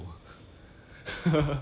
err